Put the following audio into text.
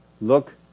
Look